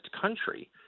country